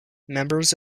members